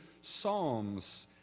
psalms